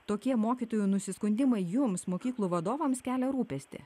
tokie mokytojų nusiskundimai joms mokyklų vadovams kelia rūpestį